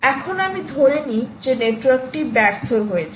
এখন আমি ধরে নিই যে নেটওয়ার্কটি ব্যর্থ হয়েছে